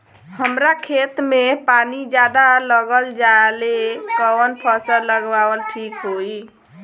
हमरा खेत में पानी ज्यादा लग जाले कवन फसल लगावल ठीक होई?